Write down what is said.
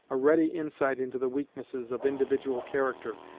a ready insight into the weaknesses of individual character,